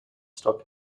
stock